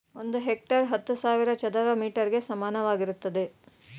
ಒಂದು ಹೆಕ್ಟೇರ್ ಹತ್ತು ಸಾವಿರ ಚದರ ಮೀಟರ್ ಗೆ ಸಮಾನವಾಗಿರುತ್ತದೆ